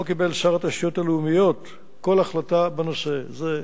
לא קיבל שר התשתיות הלאומיות כל החלטה בנושא הזה,